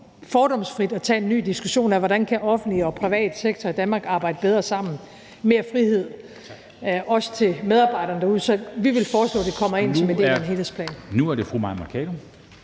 fordomsfrit at tage en ny diskussion af, hvordan en offentlig og privat sektor i Danmark kan arbejde bedre sammen, mere frihed også til medarbejderne derude. Så vi vil foreslå, at det kommer ind som en del af en helhedsplan.